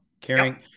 Carrying